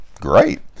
great